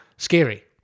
Scary